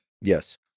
Yes